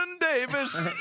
Davis